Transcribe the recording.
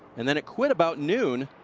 and then it quit about noon.